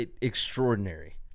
Extraordinary